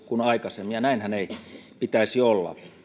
kuin aikaisemmin ja näinhän ei pitäisi olla